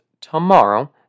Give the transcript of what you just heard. tomorrow